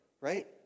right